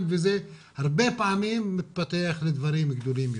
וזה הרבה פעמים מתפתח לדברים גדולים יותר.